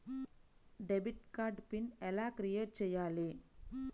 Debit card PIN ఎలా create చెయ్యాలి?